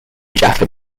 jaffa